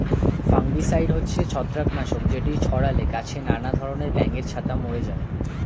fungicide হচ্ছে ছত্রাক নাশক যেটি ছড়ালে গাছে নানা ধরণের ব্যাঙের ছাতা মরে যায়